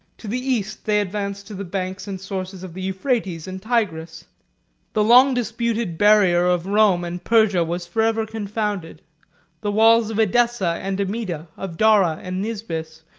to the east they advanced to the banks and sources of the euphrates and tigris the long disputed barrier of rome and persia was forever confounded the walls of edessa and amida, of dara and nisibis,